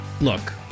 look